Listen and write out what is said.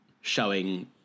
showing